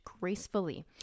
gracefully